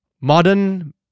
Modern